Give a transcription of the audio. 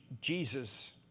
Jesus